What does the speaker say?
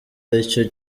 aricyo